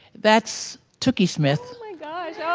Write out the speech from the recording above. that's toukie smith oh my gosh